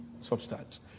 substance